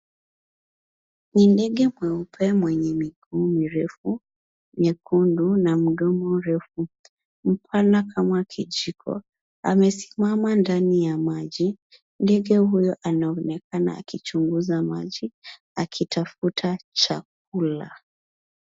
Ni ndege mweupe mwenye miguu mirefu nyekundu na ndomo refu mpana kama kijiko amesimama ndani ya maji. Ndege huyo anaonekana akichunguza maji akitafuta chakula.